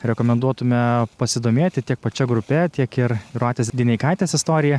rekomenduotume pasidomėti tiek pačia grupe tiek ir jūratės dineikaitės istorija